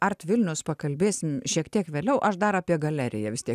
art vilnius pakalbėsim šiek tiek vėliau aš dar apie galeriją vis tiek